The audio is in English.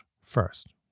first